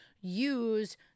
use